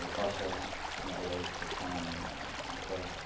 also a way to come and and pray.